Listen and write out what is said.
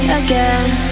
again